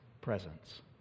presence